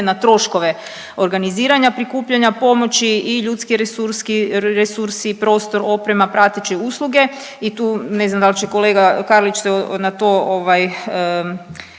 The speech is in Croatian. na troškove organiziranja prikupljanja pomoći i ljudski resursi, prostor, oprema, prateće usluge i tu ne znam dal će kolega Karlić se na to